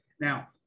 Now